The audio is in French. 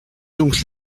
donc